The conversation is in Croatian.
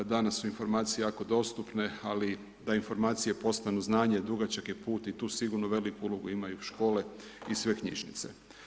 Danas su informacije jako dostupne, ali da informacije postanu znanje dugačak je put i tu sigurno veliku ulogu imaju škole i sve knjižnice.